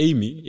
Amy